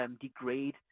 degrade